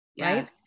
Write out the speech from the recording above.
Right